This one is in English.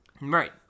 Right